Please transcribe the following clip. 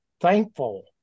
thankful